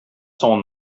son